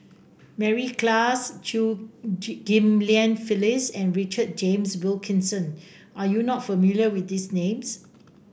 Mary Klass Chew Ghim Lian Phyllis and Richard James Wilkinson are you not familiar with these names